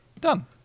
Done